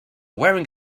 wearing